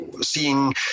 seeing